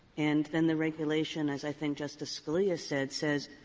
and then the regulation, as i think justice scalia said, says,